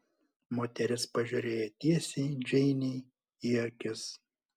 moteris pažiūrėjo tiesiai džeinei į akis